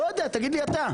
לא יודע, תגיד לי אתה.